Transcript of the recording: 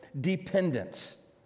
Dependence